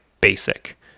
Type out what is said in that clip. basic